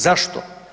Zašto?